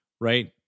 Right